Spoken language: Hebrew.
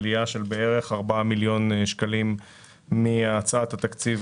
עלייה של בערך 4 מיליון שקלים מהצעת התקציב